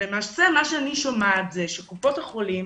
למעשה מה שאני שומעת הוא שקופות החולים